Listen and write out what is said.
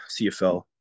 CFL